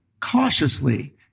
cautiously